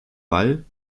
wall